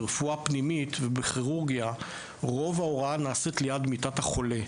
ברפואה פנימית ובכירורגיה רוב ההוראה נעשית ליד מיטת החולה.